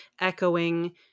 echoing